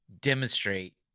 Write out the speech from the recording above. demonstrate